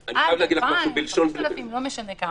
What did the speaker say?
50, עד 2,000, 5,000, לא משנה כמה.